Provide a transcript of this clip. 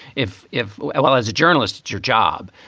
if if. well, as a journalist, your job.